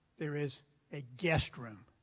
there is a guest room.